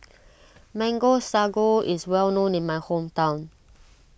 Mango Sago is well known in my hometown